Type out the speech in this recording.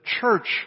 church